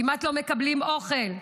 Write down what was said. כמעט לא מקבלים אוכל,